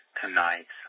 tonight